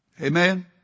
Amen